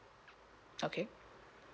okay